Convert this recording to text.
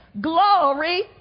Glory